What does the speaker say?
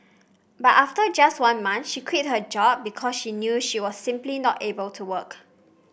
but after just one month she quit her job because she knew she was simply not able to work